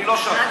אני לא שם.